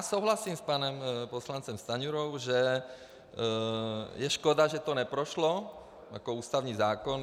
Souhlasím s panem poslancem Stanjurou, že je škoda, že to neprošlo, jako ústavní zákon.